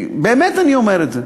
באמת אני אומר את זה,